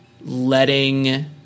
letting